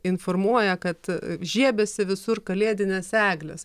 informuoja kad žiebiasi visur kalėdinės eglės